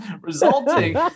resulting